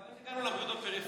אבל איך הגענו לבריאות בפריפריה?